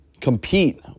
compete